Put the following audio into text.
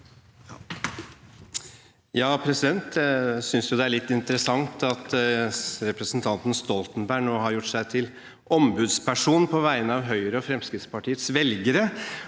Jeg synes jo det er litt interessant at representanten Stoltenberg nå har gjort seg til ombudsperson på vegne av Høyre og Fremskrittspartiets velgere